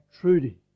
Trudy